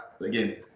again